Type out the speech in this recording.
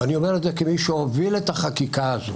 אני אומר את זה כמי שהוביל את החקיקה הזאת.